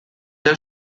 der